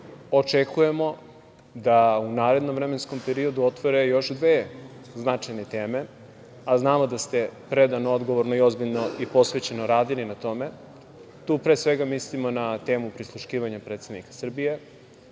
očekujemo da u narednom vremenskom periodu otvore još dve značajne teme, a znamo da ste predano, odgovorno i ozbiljno i posvećeno radili na tome. Tu pre svega mislimo na temu prisluškivanja predsednika Srbije,